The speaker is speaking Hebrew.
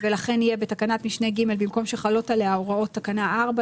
ולכן יהיה "בתקנת משנה (ג) במקום "שחלות עליה הוראות תקנה 4",